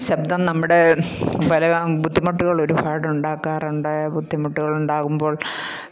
ശബ്ദം നമ്മുടെ പല ബുദ്ധിമുട്ടുകൾ ഒരുപാട് ഉണ്ടാക്കാറുണ്ട് ബുദ്ധിമുട്ടുകൾ ഉണ്ടാകുമ്പോൾ